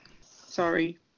Sorry